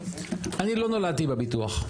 אני לא נולדתי בביטוח.